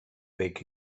big